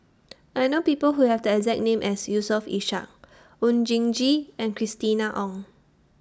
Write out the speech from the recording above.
I know People Who Have The exact name as Yusof Ishak Oon Jin Gee and Christina Ong